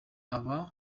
abo